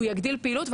הוא יגדיל פעילות,